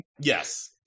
yes